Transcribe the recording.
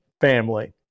family